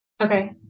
Okay